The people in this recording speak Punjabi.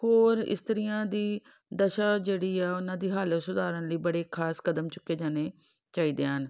ਹੋਰ ਇਸਤਰੀਆਂ ਦੀ ਦਸ਼ਾ ਜਿਹੜੀ ਆ ਉਹਨਾਂ ਦੀ ਹਾਲਤ ਸੁਧਾਰਨ ਲਈ ਬੜੇ ਖਾਸ ਕਦਮ ਚੁੱਕੇ ਜਾਣੇ ਚਾਹੀਦੇ ਹਨ